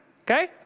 Okay